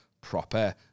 Proper